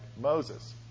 Moses